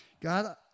God